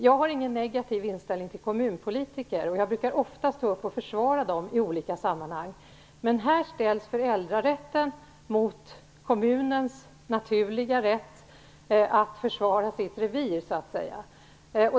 Jag har ingen negativ inställning till kommunpolitiker, och jag brukar ofta stå upp och försvara dem i olika sammanhang. Men här ställs föräldrarätten mot kommunens naturliga rätt att försvara sitt revir, så att säga.